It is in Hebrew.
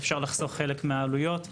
אפשר לחסוך חלק מהעלויות,